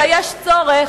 אלא יש צורך